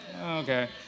Okay